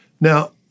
Now